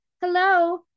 Hello